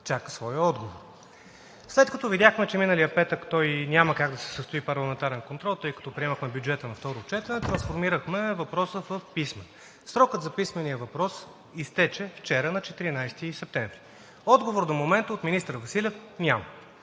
чака отговор. След като видяхме, че миналия петък нямаше как да се състои парламентарен контрол, тъй като приемахме бюджета на второ четене, трансформирахме въпроса в писмен. Срокът за писмения отговор изтече вчера – на 14 септември. Отговор до момента от министър Василев няма